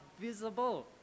visible